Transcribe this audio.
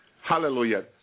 Hallelujah